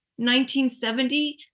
1970